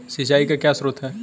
सिंचाई के क्या स्रोत हैं?